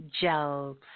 gels